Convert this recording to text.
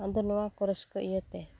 ᱟᱫᱚ ᱱᱚᱣᱟᱠᱚ ᱨᱟᱹᱥᱠᱟᱹ ᱤᱭᱟᱹᱛᱮ